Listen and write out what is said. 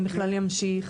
אם בכלל ימשיך.